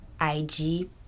IG